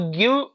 give